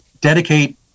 dedicate